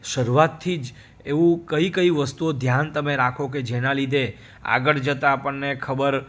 શરૂઆતથી જ એવું કઈ કઈ વસ્તુઓ ધ્યાન તમે રાખો કે જેના લીધે આગળ જતાં આપણને ખબર